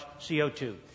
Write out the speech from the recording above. CO2